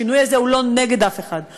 השינוי הזה הוא לא נגד אף אחד,